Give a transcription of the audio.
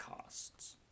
costs